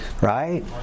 Right